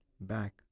back